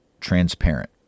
transparent